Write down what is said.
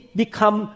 become